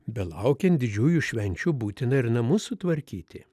belaukiant didžiųjų švenčių būtina ir namus sutvarkyti